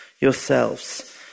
Yourselves